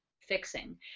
fixing